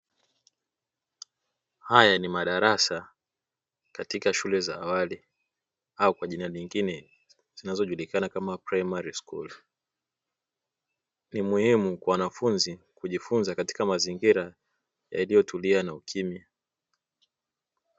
Haya ni madarasa katika shule za awali au Kwa jina jingine zinajulikana mama "primary school". Ni muhimu kwa wanafunzi kujifunza katika mazingira yaliyotulia na ukimya.